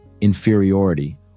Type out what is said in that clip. inferiority